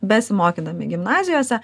besimokydami gimnazijose